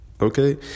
Okay